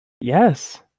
yes